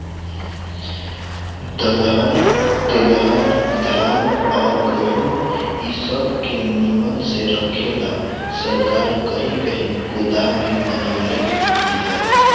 दलहन तेलहन धान आ गेहूँ इ सब के निमन से रखे ला सरकार कही कही गोदाम भी बनवले बिया